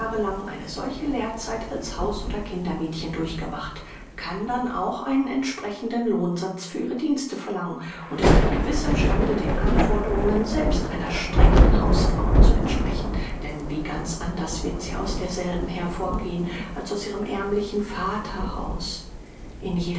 eine solche lehrzeit als haus oder kindermädchen durchgemacht kann dann auch einen entsprechenden lohnsatz für ihre dienste verlangen und ist dann gewiß im stande den anforderungen selbst einer strengen hausfrau zu entsprechen denn wie ganz anders wird sie aus derselben hervorgehen als aus ihrem ärmlichen vaterhaus in